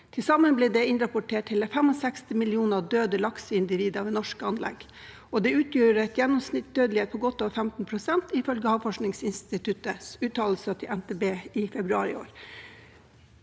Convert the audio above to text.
Til sammen ble det innrapportert hele 65 millioner døde lakseindivider ved norske anlegg, og det utgjør en gjennomsnittlig dødelighet på godt over 15 pst., ifølge Havforskningsinstituttets uttalelser til NTB i februar i år.